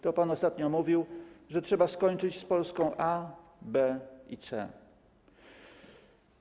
To pan ostatnio mówił, że trzeba skończyć z Polską A, B i C.